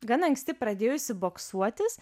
gan anksti pradėjusi boksuotis